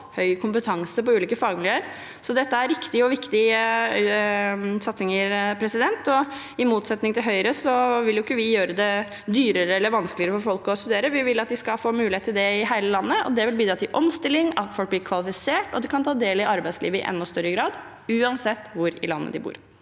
og høy kompetanse på ulike fagmiljøer. Dette er riktige og viktige satsinger. I motsetning til Høyre vil ikke vi gjøre det dyrere eller vanskeligere for folk å studere, vi vil at de skal få mulighet til det i hele landet. Det vil bidra til omstilling, at folk blir kvalifiserte, og at de kan ta del i arbeidslivet i enda større grad, uansett hvor i landet de bor.